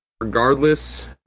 regardless